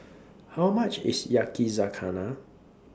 How much IS Yakizakana